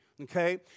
Okay